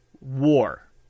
war